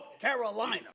Carolina